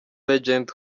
legend